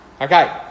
Okay